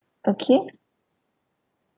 okay